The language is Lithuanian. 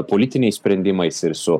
politiniais sprendimais ir su